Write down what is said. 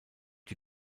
die